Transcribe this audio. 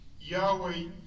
Yahweh